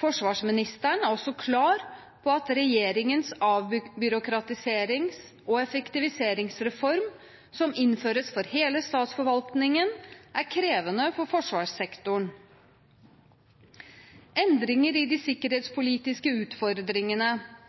Forsvarsministeren er også klar på at regjeringens avbyråkratiserings- og effektiviseringsreform, som innføres for hele statsforvaltningen, er krevende for forsvarssektoren. Endringer i de sikkerhetspolitiske utfordringene